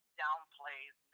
downplays